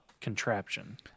contraption